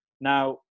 Now